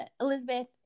elizabeth